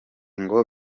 ngo